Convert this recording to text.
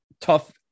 tough